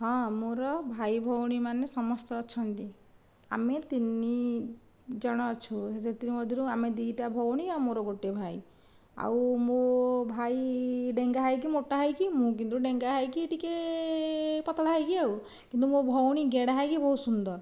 ହଁ ମୋର ଭାଇ ଭଉଣୀ ମାନେ ସମସ୍ତେ ଅଛନ୍ତି ଆମେ ତିନି ଜଣ ଅଛୁ ସେଥିମଧ୍ୟରୁ ଆମେ ଦୁଇଟା ଭଉଣୀ ଆଉ ଗୋଟିଏ ଭାଇ ଆଉ ମୋ ଭାଇ ଡେଙ୍ଗା ହୋଇକି ମୋଟା ହୋଇକି ମୁଁ କିନ୍ତୁ ଡେଙ୍ଗା ହୋଇକି ଟିକେ ପତଳା ହୋଇକି ଆଉ କିନ୍ତୁ ମୋ ଭଉଣୀ ଗେଡ଼ା ହୋଇକି ବହୁତ ସୁନ୍ଦର